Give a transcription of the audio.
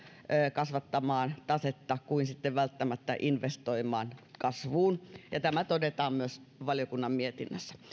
kasvattamaan tasetta kuin välttämättä investoimaan kasvuun tämä todetaan myös valiokunnan mietinnössä